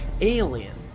alien